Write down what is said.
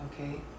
Okay